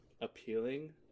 appealing